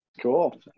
Cool